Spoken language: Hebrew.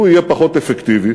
הוא יהיה פחות אפקטיבי